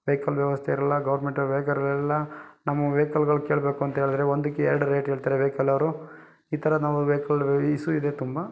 vehicle ವ್ಯವಸ್ಥೆ ಇರಲ್ಲ government ವೆಯ್ಕರ್ ಇರಲ್ಲ ನಮ್ಮ ವೆಯ್ಕಲ್ಗಳು ಕೇಳಬೇಕು ಅಂತ ಹೇಳದ್ರೆ ಒಂದಕ್ಕೆ ಎರಡು ರೇಟ್ ಹೇಳ್ತಾರೆ ವೆಯ್ಕಲ್ ಅವರು ಈ ಥರ ನಾವು ವೆಯ್ಕಲ್ ಈಸು ಇದೆ ತುಂಬ